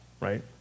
right